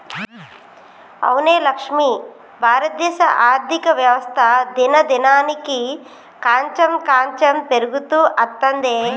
అవునే లక్ష్మి భారతదేశ ఆర్థిక వ్యవస్థ దినదినానికి కాంచెం కాంచెం పెరుగుతూ అత్తందే